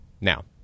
now